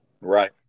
right